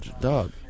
dog